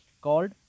called